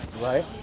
Right